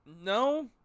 no